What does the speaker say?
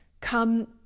come